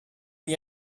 wie